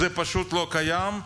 זה פשוט לא קיים,